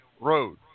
Road